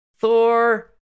Thor